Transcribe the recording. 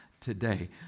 today